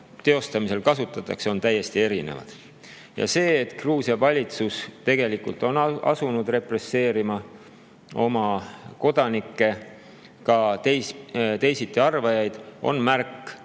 täitmiseks kasutatakse, on täiesti erinevad. Ja see, et Gruusia valitsus on asunud represseerima oma kodanikke, ka teisiti arvajaid, on märk,